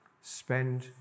Spend